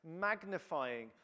magnifying